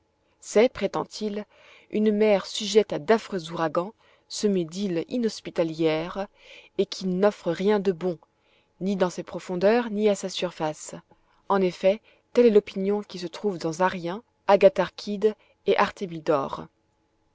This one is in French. c'est prétend-il une mer sujette à d'affreux ouragans semée d'îles inhospitalières et qui n'offre rien de bon ni dans ses profondeurs ni à sa surface en effet telle est l'opinion qui se trouve dans arrien agatharchide et artémidore